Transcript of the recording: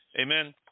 Amen